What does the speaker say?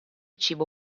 cibo